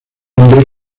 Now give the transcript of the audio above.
hombre